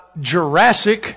Jurassic